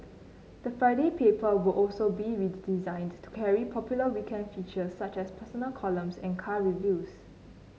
the Friday paper will also be redesigned to carry popular weekend features such as personal columns and car reviews